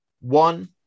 one